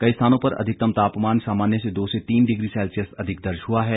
कई स्थानों पर अधिकतम तापमान सामान्य से दो से तीन डिग्री सेल्सियस अधिक दर्ज हुआ है